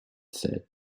said